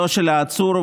העצור,